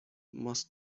must